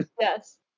Yes